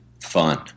fun